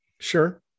sure